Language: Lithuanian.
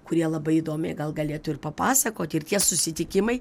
kurie labai įdomiai gal galėtų ir papasakoti ir tie susitikimai